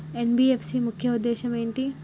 NBFC ముఖ్య ఉద్దేశం ఏంటి?